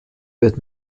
wird